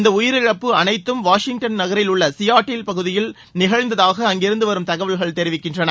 இந்த உயிரிழப்பு அனைத்தும் வாஷிங்டன் நகரிலுள்ள சியாட்டில் பகுதியில் நிகழ்ந்ததாக அங்கிருந்து வரும் தகவல்கள் தெரவிக்கின்றன